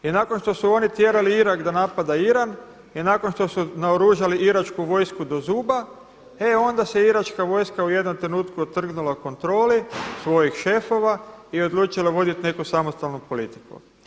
I nakon što su oni tjerali Irak da napada Iran i nakon što su naoružali iračku vojsku do zuba, e onda se iračka vojska u jednom trenutku otrgnula kontroli svojih šefova i odlučila vodit neku samostalnu politiku.